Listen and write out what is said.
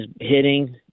hitting